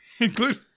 include-